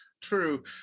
true